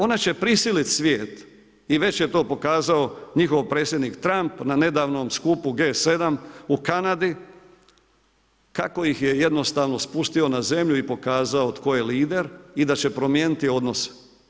Ona će prisiliti svijet i već je to pokazao njihov predsjednik Trump na nedavnom skupu G-7 u Kanadi kako ih je jednostavno spustio na zemlju i pokazao tko je lider i da će promijeniti odnose.